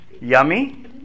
Yummy